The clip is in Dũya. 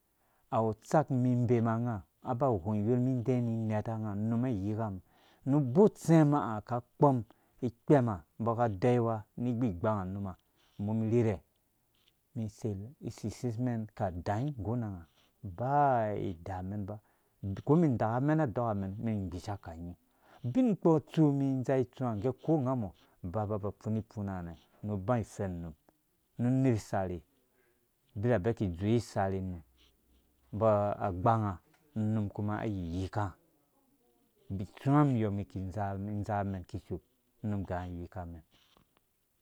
Awu utsakm umum inbema unga aba aghong iyor mi ideɛ ni inɛta unga unum ai iyakami nu ubo utsɛma ha aka akpɔm. ikpemma umbo aka adeyi wa ni igbigbanga unuma umum irherhɛ isisesmɛn ke dar ngguna unga ba ida mɛn ba ko umɛn idak amena adɔkamen umɛn igbisha kanying ubinkpo itsu mi indzaa itsuwa ha ngge ko ungamɔ ba baba afumi ifuna nɛ nu uba ifɛn num nu uner isarhe abirabɛ ki idzowe isarhe num umbɔ agbanga unum kuma ai yiyika itsuwamyɔ umum iki indzaa indzaamɛn kishoo unum iganga ayika umɛn